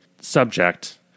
subject